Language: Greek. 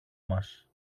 μας